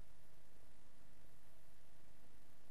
לטובת